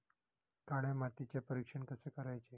काळ्या मातीचे परीक्षण कसे करायचे?